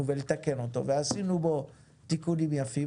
ולתקן אותו ועשינו בו תיקונים יפים,